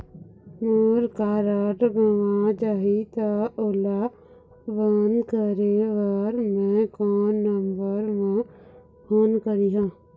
मोर card गंवा जाही त ओला बंद करें बर मैं कोन नंबर म फोन करिह?